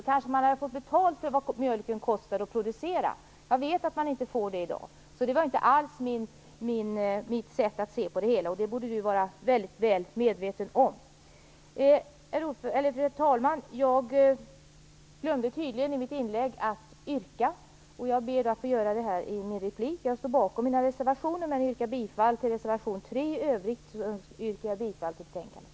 Då hade man kanske fått betalt för det som mjölken kostar att producera. Jag vet att man i dag inte får det. Lennart Brunander borde vara mycket väl medveten om att jag inte alls har det sätt att se på detta som han menade. Herr talman! Jag glömde i mitt anförande att framföra mitt yrkande, och jag ber att få göra det i denna replik i stället. Jag står bakom mina reservationer men yrkar bifall bara till reservation 3. I övrigt tillstyrker jag utskottets hemställan.